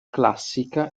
classica